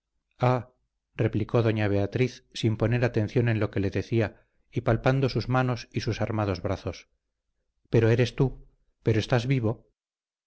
replicó doña beatriz sin poner atención en lo que le decía y palpando sus manos y sus armados brazos pero eres tú pero estás vivo